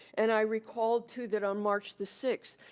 and i recalled, too, that on march the sixth,